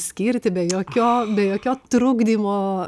skirti be jokio be jokio trukdymo